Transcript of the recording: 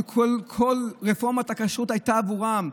שכל רפורמת הכשרות הייתה בעבורם,